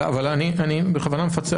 אבל אני בכוונה ממקד,